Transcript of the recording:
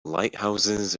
lighthouses